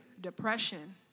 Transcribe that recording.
depression